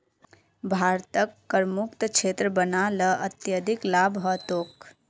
भारतक करमुक्त क्षेत्र बना ल अत्यधिक लाभ ह तोक